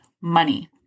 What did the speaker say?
money